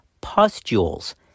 pustules